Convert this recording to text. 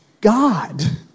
God